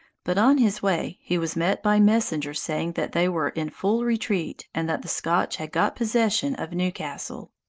but on his way he was met by messengers saying that they were in full retreat, and that the scotch had got possession of newcastle.